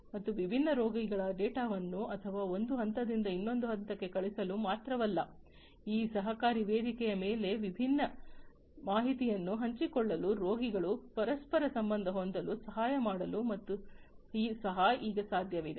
ಮತ್ತು ವಿಭಿನ್ನ ರೋಗಿಗಳ ಡೇಟಾವನ್ನು ಅಥವಾ ಒಂದು ಹಂತದಿಂದ ಇನ್ನೊಂದಕ್ಕೆ ಕಳುಹಿಸಲು ಮಾತ್ರವಲ್ಲ ಈ ಸಹಕಾರಿ ವೇದಿಕೆಯ ಮೇಲೆ ವಿಭಿನ್ನ ಮಾಹಿತಿಯನ್ನು ಹಂಚಿಕೊಳ್ಳಲು ರೋಗಿಗಳು ಪರಸ್ಪರ ಸಂಬಂಧ ಹೊಂದಲು ಸಹಾಯ ಮಾಡಲು ಸಹ ಈಗ ಸಾಧ್ಯವಿದೆ